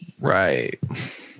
Right